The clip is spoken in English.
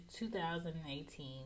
2018